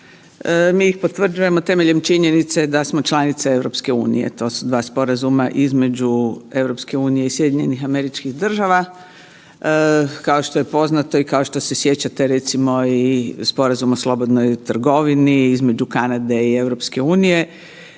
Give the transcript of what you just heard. mi ih potvrđujemo temeljem činjenice da smo članica EU. To su dva sporazuma između EU i SAD-a, kao što je poznato i kao što se sjećate recimo i sporazum o slobodnoj trgovini između Kanade i EU. Sve takve